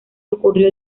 concurrió